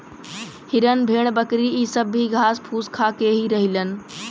हिरन भेड़ बकरी इ सब भी घास फूस खा के ही रहलन